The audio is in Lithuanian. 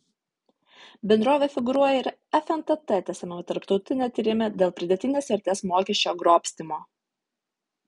bendrovė figūruoja ir fntt tęsiamame tarptautiniame tyrime dėl pridėtinės vertės mokesčio grobstymo